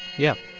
yeah